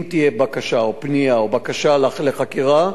אם תהיה בקשה או פנייה או בקשה לחקירה,